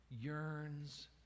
yearns